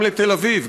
גם לתל אביב,